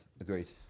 agreed